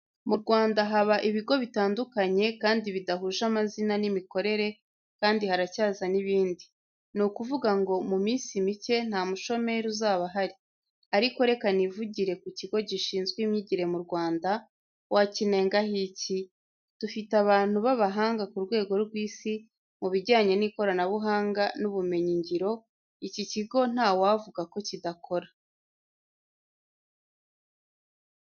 Mu Rwanda haba ibigo bitandukanye kandi bidahuje amazina n'imikorere kandi haracyaza n'ibindi. Ni kuvuga ngo mu minsi mike nta mushomeri uzaba ahari. Ariko reka nivugire ku kigo gishinzwe imyigire mu Rwanda, wakinengaho iki? Dufite abantu b'abahanga ku rwego rw'isi mu bijyanye n'ikoranabuhanga n'ubumenyi ngiro, iki kigo ntawavuga ko kidakora.